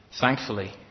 Thankfully